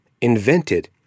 invented